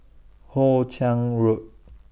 Hoe Chiang Road